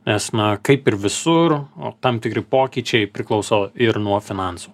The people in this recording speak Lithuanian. nes na kaip ir visur o tam tikri pokyčiai priklauso ir nuo finansų